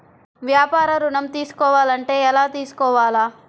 వ్యాపార ఋణం తీసుకోవాలంటే ఎలా తీసుకోవాలా?